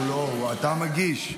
הוא לא, אתה המגיש?